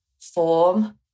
form